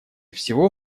всего